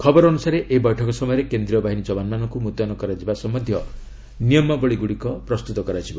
ଖବର ଅନ୍ତସାରେ ଏହି ବୈଠକ ସମୟରେ କେନ୍ଦୀୟ ବାହିନୀ ଯବାନମାନଙ୍କୁ ମୁତୟନ କରାଯିବା ସମ୍ଭନ୍ଧୀୟ ନିୟମାବଳୀ ପ୍ରସ୍ତତ କରାଯିବ